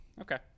Okay